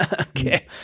Okay